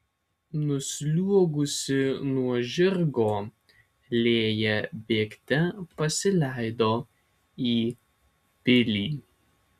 nusliuogusi nuo žirgo lėja bėgte pasileido į pilį